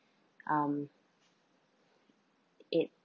um it